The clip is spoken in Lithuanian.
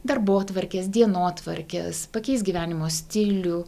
darbotvarkes dienotvarkes pakeis gyvenimo stilių